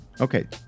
Okay